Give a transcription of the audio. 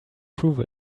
prove